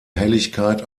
helligkeit